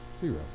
zero